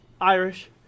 Irish